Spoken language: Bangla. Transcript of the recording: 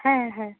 হ্যাঁ হ্যাঁ